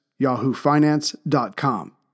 YahooFinance.com